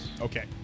Okay